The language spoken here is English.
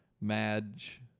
Madge